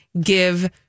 give